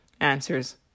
answers